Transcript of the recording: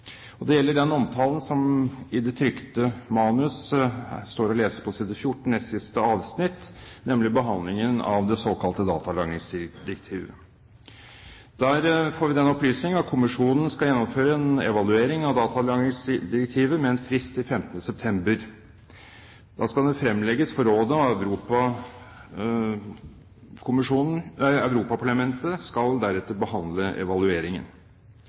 Det gjelder det som i det trykte manuset står å lese på side 14, siste avsnitt, nemlig om behandlingen av det såkalte datalagringsdirektivet. Der får vi den opplysning at kommisjonen skal gjennomføre en evaluering av datalagringsdirektivet med en frist til 15. september. Da skal den fremlegges for rådet, og Europaparlamentet skal deretter behandle evalueringen.